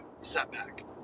setback